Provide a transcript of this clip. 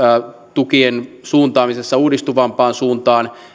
tukien suuntaamisessa uudistuvampaan suuntaan